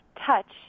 touch